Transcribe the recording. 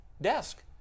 desk